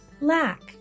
lack